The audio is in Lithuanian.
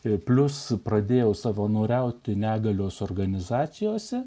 ir plius pradėjau savanoriauti negalios organizacijose